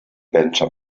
pensa